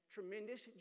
Tremendous